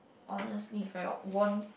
honestly if I won